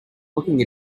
looking